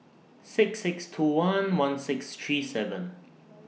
six six two one one six three seven